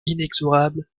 inexorable